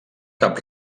cap